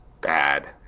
bad